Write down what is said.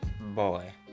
boy